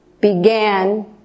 began